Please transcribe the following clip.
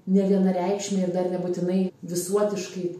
nevienareikšmiai ir dar nebūtinai visuotiškai